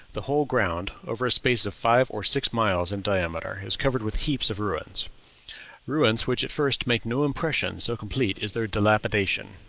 the whole ground, over a space of five or six miles in diameter, is covered with heaps of ruins ruins which at first make no impression, so complete is their dilapidation.